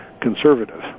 conservative